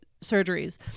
surgeries